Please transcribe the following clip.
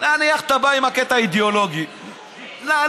נניח אתה בא עם הקטע האידיאולוגי, נניח.